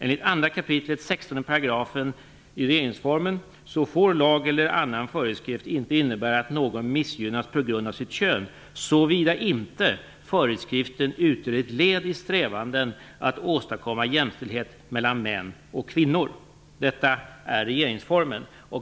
Enligt 2. kap 16 § i regeringsformen får lag eller annan föreskrift inte innebära att någon missgynnas på grund av sitt kön såvida inte föreskriften utgör ett led i strävanden att åstadkomma jämställdhet mellan män och kvinnor. Detta är regeringsformen.